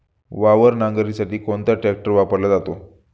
वावर नांगरणीसाठी कोणता ट्रॅक्टर वापरला जातो?